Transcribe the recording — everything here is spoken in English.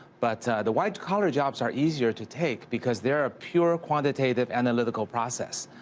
but the white-collar jobs are easier to take, because they're a pure quantitative analytical process.